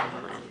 של הוועדה.